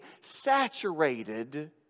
saturated